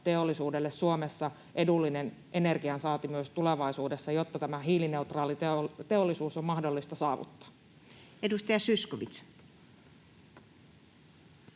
teollisuudelle Suomessa edullinen energiansaanti myös tulevaisuudessa, jotta tämä hiilineutraali teollisuus on mahdollista saavuttaa? Edustaja Zyskowicz.